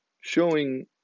showing